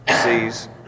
sees